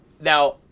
now